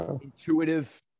intuitive